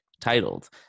titled